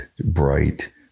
bright